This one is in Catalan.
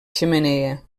xemeneia